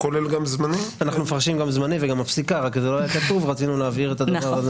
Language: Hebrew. אז נפתח תיק פיקוח אצל האפוטרופוס הכללי,